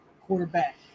quarterback